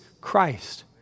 Christ